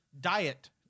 diet